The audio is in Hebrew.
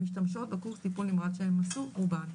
משתמשות בקורס טיפול נמרץ שהן עשו רובן.